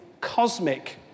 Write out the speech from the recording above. cosmic